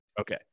Okay